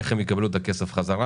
איך הם יקבלו את הכסף חזרה.